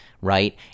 right